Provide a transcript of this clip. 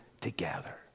together